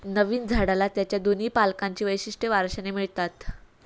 नवीन झाडाला त्याच्या दोन्ही पालकांची वैशिष्ट्ये वारशाने मिळतात